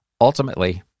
Ultimately